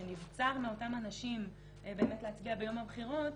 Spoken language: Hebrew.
שנבצר מאותם אנשים באמת להצביע ביום הבחירות,